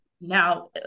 now